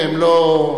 והם לא,